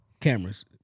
cameras